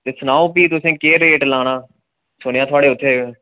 ते सनाओ भी तुसें केह् रेट लाना सुनेआ थुआढ़े इत्थें